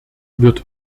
wird